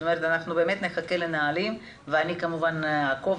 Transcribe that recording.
אנחנו באמת נחכה לנהלים ואני כמובן אעקוב